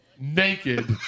naked